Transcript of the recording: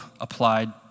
applied